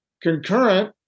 Concurrent